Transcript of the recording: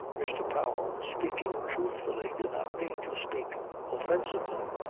mr. powell, speaking truthfully, did not mean to speak offensively.